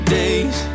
days